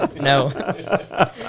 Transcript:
No